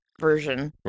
version